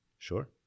Sure